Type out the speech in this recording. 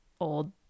old